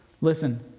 Listen